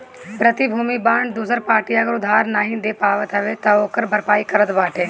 प्रतिभूति बांड दूसर पार्टी अगर उधार नाइ दे पावत हवे तअ ओकर भरपाई करत बाटे